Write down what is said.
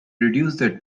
reduce